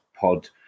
pod